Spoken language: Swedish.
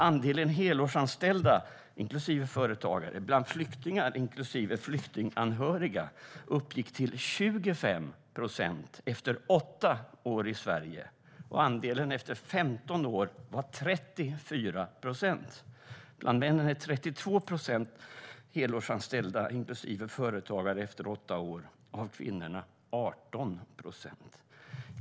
Andelen helårsanställda inklusive företagare bland flyktingar inklusive flyktinganhöriga uppgick till 25 procent efter 8 år i Sverige, och efter 15 år var andelen 34 procent. Bland männen var det 32 procent helårsanställda inklusive företagare efter 8 år och bland kvinnorna 18 procent.